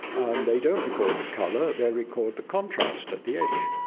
and they don't record the colour, they record the contrast at the edge.